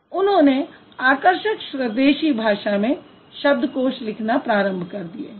उन्होंने आकर्षक स्वदेशी भाषा में शब्दकोश लिखना प्रारम्भ कर दिये